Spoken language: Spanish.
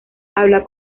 habla